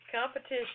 competition